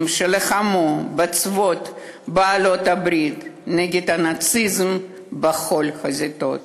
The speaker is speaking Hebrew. שלחמו בצבאות בעלות-הברית נגד הנאציזם בכל החזיתות.